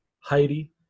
heidi